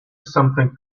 something